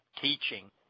teaching